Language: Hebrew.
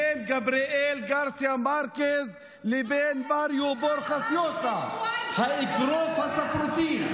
בין גבריאל גרסיה מרקס לבין מריו ורגס יוסה האגרוף הספרותי.